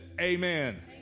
Amen